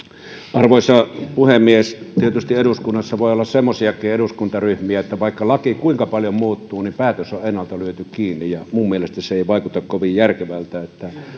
arvoisa puhemies tietysti eduskunnassa voi olla semmoisiakin eduskuntaryhmiä että vaikka laki kuinka paljon muuttuu niin päätös on ennalta lyöty kiinni mutta minun mielestäni se ei vaikuta kovin järkevältä